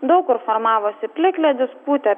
daug kur formavosi plikledis pūtė